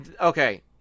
Okay